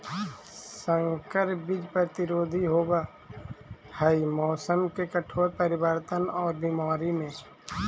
संकर बीज प्रतिरोधी होव हई मौसम के कठोर परिवर्तन और बीमारी में